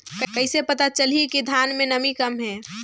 कइसे पता चलही कि धान मे नमी कम हे?